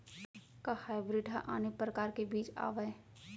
का हाइब्रिड हा आने परकार के बीज आवय?